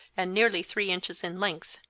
and nearly three inches in length.